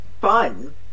fun